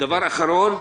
דבר אחרון,